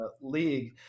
league